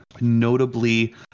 notably